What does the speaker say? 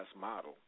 model